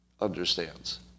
understands